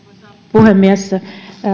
puhemies